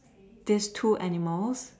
these two animals